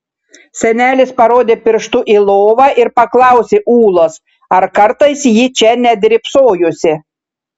senelis parodė pirštu į lovą ir paklausė ūlos ar kartais ji čia nedrybsojusi